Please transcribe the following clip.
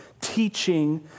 teaching